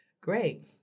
great